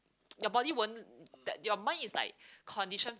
your body won't that your mind is like condition